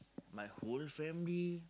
my whole family